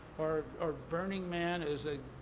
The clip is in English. or or burning man is a,